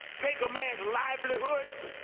take a man's livelihood,